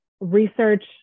research